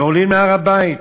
ועולים להר-הבית,